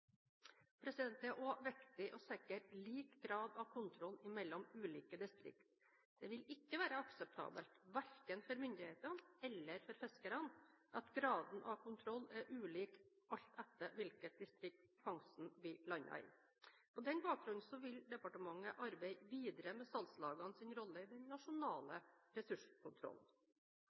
Det er også viktig å sikre lik grad av kontroll mellom ulike distrikter. Det vil ikke være akseptabelt, verken for myndighetene eller for fiskerne, at graden av kontroll er ulik alt etter hvilket distrikt fangsten blir landet i. På denne bakgrunn vil departementet arbeide videre med salgslagenes rolle i den nasjonale ressurskontrollen.